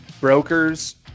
brokers